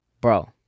Bro